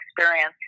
experience